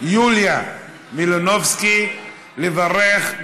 יוליה מלינובסקי, לברך.